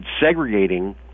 segregating